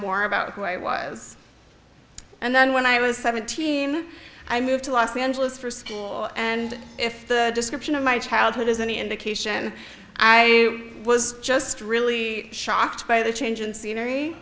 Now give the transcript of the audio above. more about who i was and then when i was seventeen i moved to los angeles for school and if the description of my childhood is any indication i was just really shocked by the change in scenery